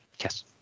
yes